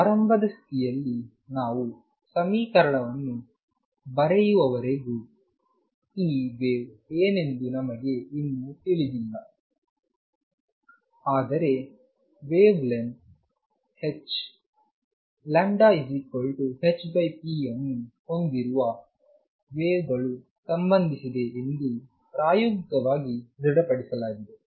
ಪ್ರಾರಂಭದ ಸ್ಥಿತಿಯಲ್ಲಿ ನಾವು ಸಮೀಕರಣವನ್ನು ಬರೆಯುವವರೆಗೂ ಈ ವೇವ್ ಏನೆಂದು ನಮಗೆ ಇನ್ನೂ ತಿಳಿದಿಲ್ಲ ಆದರೆ ವೇವ್ ಲೆಂತ್ λ hpವನ್ನು ಹೊಂದಿರುವ ವೇವ್ ಸಂಬಂಧಿಸಿದೆ ಎಂದು ಪ್ರಾಯೋಗಿಕವಾಗಿ ದೃಢಪಡಿಸಲಾಗಿದೆ